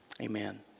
amen